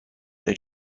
they